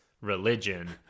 religion